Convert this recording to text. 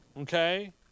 Okay